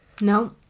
no